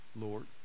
Lord